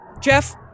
Jeff